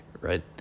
right